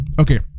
Okay